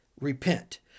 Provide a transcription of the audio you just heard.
repent